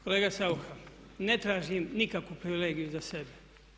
Kolega Saucha ne tražim nikakvu privilegiju za sebe.